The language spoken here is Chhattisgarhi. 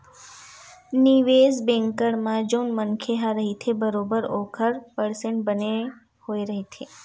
निवेस बेंकर म जउन मनखे ह रहिथे बरोबर ओखर परसेंट बने होय रहिथे